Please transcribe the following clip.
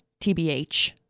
TBH